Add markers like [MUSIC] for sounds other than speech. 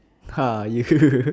!haiya! [NOISE]